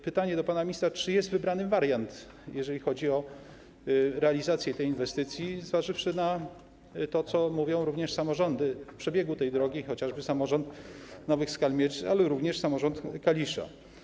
Pytanie do pana ministra, czy jest wybrany wariant, jeżeli chodzi o realizację tej inwestycji, zważywszy na to, co mówią również samorządy w przypadku przebiegu tej drogi, chociażby samorząd Nowych Skalmierzyc, ale również samorząd Kalisza.